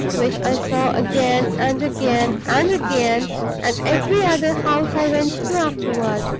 which i saw again and again and again at every other house i went to afterward.